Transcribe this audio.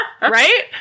Right